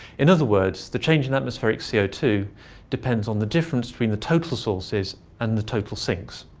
in other words, the change in atmospheric c o two depends on the difference between the total sources and the total sinks.